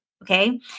Okay